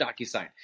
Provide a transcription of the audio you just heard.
DocuSign